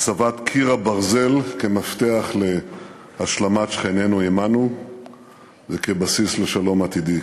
הצבת "קיר הברזל" כמפתח להשלמת שכנינו עמנו וכבסיס לשלום עתידי,